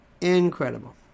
Incredible